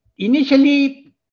Initially